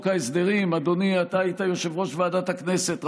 אדוני, אתה היית יושב-ראש ועדת הכנסת.